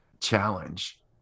challenge